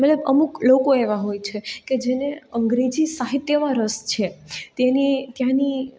અમુક લોકો એવા હોય છે કે જેને અંગ્રેજી સાહિત્યમાં રસ છે તેની ત્યાંની